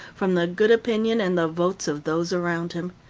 from the good opinion and the votes of those around him.